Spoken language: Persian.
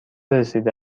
رسیده